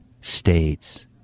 states